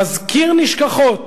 מזכיר נשכחות.